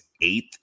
eighth